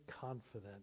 confident